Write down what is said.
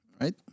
Right